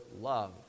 love